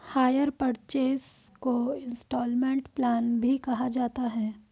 higher purchase को instalment plan भी कहा जाता है